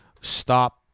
stop